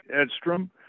Edstrom